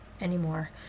anymore